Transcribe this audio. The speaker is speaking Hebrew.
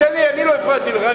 אני לא הפרעתי לך,